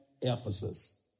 Ephesus